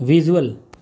visual